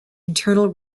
internal